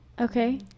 Okay